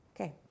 Okay